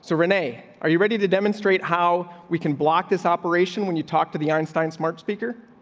so renee, are you ready to demonstrate how we can block this operation when you talk to the einstein smart speaker?